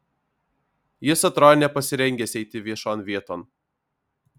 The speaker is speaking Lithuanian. jis atrodė nepasirengęs eiti viešon vieton